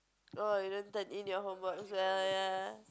oh you don't turn in your homework